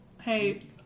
Hey